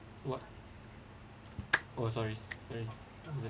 what oh sorry sorry